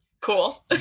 Cool